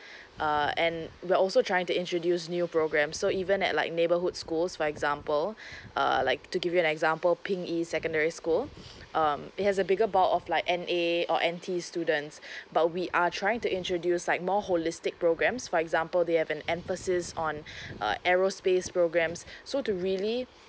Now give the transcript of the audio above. uh and we're also trying to introduce new programs so even at like neighbourhood schools for example uh like to give you an example ping yi secondary school um it has a bigger bulk of like N_A or N_T students but we are trying to introduce like more holistic programs for example they have an emphasis on uh aerospace programs so to really